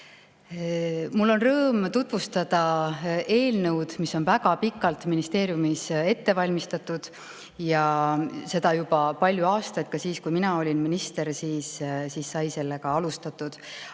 Mul on rõõm tutvustada eelnõu, mida on väga pikalt ministeeriumis ette valmistatud, juba palju aastaid. Siis, kui mina olin minister, sai sellega alustatud.